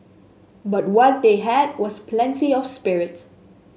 but what they had was plenty of spirit